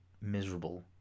miserable